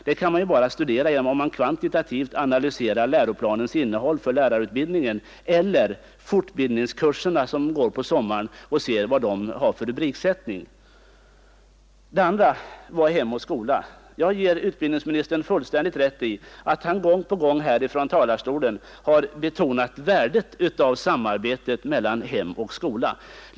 Detta kan man bara studera genom att man analyserar läroplanens innehåll för lärarutbild ningen eller genom att se rubriksättningen för de fortbildningskurser som anordnas under somrarna. Den andra punkten gällde hem och skola. Jag ger utbildningsministern fullständigt rätt i att han gång på gång från talarstolen betonat värdet av samarbetet mellan hem och skola.